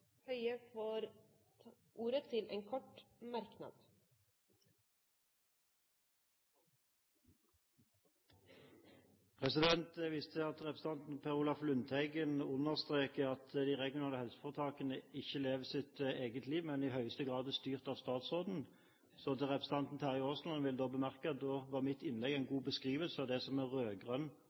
Høie har hatt ordet to ganger tidligere og får ordet til en kort merknad, begrenset til 1 minutt. Jeg viser til at representanten Per Olaf Lundteigen understreket at de regionale helseforetakene ikke lever sitt eget liv, men i høyeste grad er styrt av statsråden. Så til representanten Terje Aasland: Jeg vil bemerke at mitt innlegg var en god beskrivelse av det som er